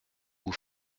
vous